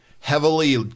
heavily